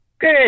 Good